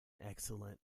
excellent